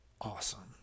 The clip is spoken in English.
Awesome